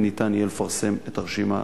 וניתן יהיה לפרסם את הרשימה